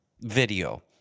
video